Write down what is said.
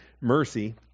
mercy